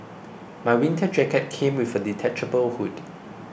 my winter jacket came with a detachable hood